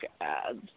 ads